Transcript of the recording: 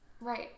Right